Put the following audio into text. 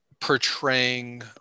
portraying